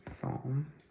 Psalm